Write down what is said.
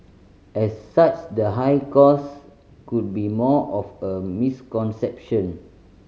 as such the high cost could be more of a misconception